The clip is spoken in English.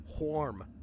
warm